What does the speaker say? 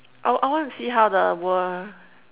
I I wanna see how the world